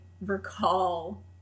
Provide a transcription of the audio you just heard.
recall